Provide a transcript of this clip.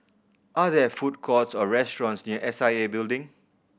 are there food courts or restaurants near S I A Building